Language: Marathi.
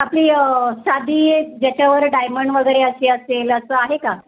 आपली साधी ज्याच्यावर डायमंड वगैरे अशी असेल असं आहे का